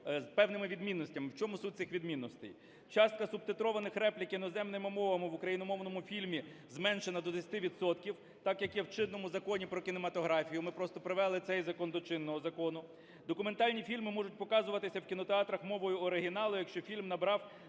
з певними відмінностями. В чому суть цих відмінностей? Частка субтитрованих реплік іноземними мовами в україномовному фільмі зменшена до 10 відсотків – так, як є в чинному Законі "Про кінематографію", ми просто привели цей закон до чинного закону. Документальні фільми можуть показуватися в кінотеатрах мовою оригіналу, якщо фільм набрав 2 бали